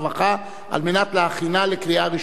לוועדת העבודה והרווחה, בהסכמת שר החינוך.